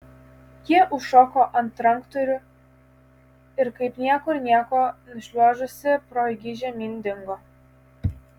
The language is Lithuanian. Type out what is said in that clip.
ji užšoko ant ranktūrių ir kaip niekur nieko nušliuožusi pro jį žemyn dingo